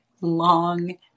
long